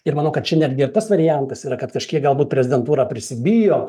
ir manau kad čia netgi ir tas variantas yra kad kažkiek galbūt prezidentūra prisibijo